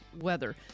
weather